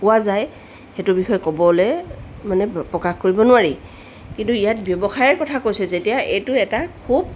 পোৱা যায় সেইটোৰ বিষয়ে ক'বলৈ মানে প্ৰকাশ কৰিব নোৱাৰি কিন্তু ইয়াত ব্যৱসায়ৰ কথা কৈছে যেতিয়া এইটো এটা খুব